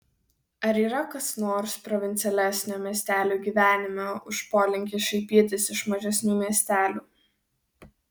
ar yra kas nors provincialesnio miestelių gyvenime už polinkį šaipytis iš mažesnių miestelių